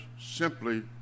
simply